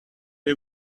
you